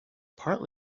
part